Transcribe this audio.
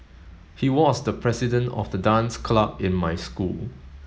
he was the president of the dance club in my school